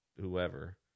whoever